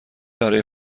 برای